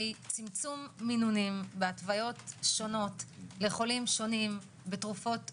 צמצום מינונים והתוויות שונות לחולים שונים בתרופות שונות?